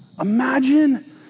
Imagine